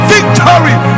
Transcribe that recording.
Victory